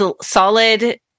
solid